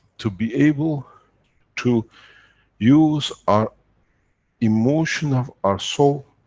to be able to use our emotion of our soul,